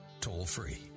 toll-free